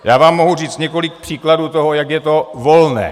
Já vám mohu říct několik příkladů toho, jak je to volné.